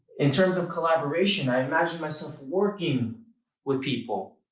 in terms of collaboration, i imagine myself working with people.